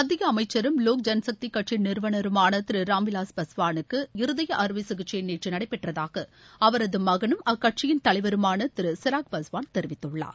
மத்திய அமைச்சரும் வோக் ஜனசக்தி கட்சி நிறுவனருமான திரு ராம் விவாஸ் பாஸ்வானுக்கு இருதய அறுவை சிகிச்சை நேற்று நடைபெற்றதாக அவரது மகனும் அக்கட்சியின் தலைவருமான திரு சீராக் பாஸ்வான் தெரிவித்துள்ளார்